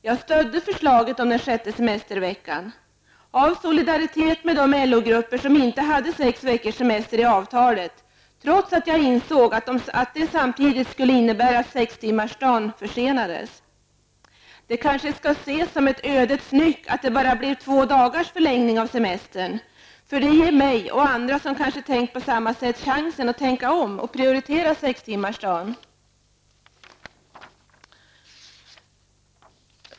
Jag stödde förslaget om den sjätte semesterveckan -- av solidaritet med de LO grupper som inte hade sex veckors semester i avtalet, trots att jag insåg att det samtidigt skulle innebära att sextimmarsdagen försenades. Det kanske skall ses som ett ödets nyck att det blev bara två dagars förlängning av semestern. Det ger mig och andra som kanske tänkt på samma sätt chansen att tänka om och prioritera sextimmarsdagen.